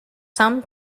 some